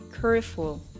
careful